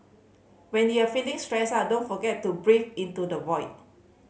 when you are feeling stressed out don't forget to breathe into the void